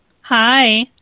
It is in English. Hi